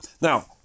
Now